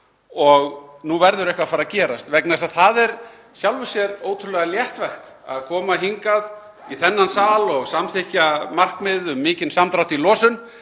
og nú verði eitthvað að fara að gerast, vegna þess að það er í sjálfu sér ótrúlega léttvægt að koma hingað í þennan sal og samþykkja markmiðið um mikinn samdrátt í losun,